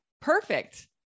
perfect